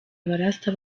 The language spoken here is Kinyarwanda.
abarasta